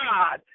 God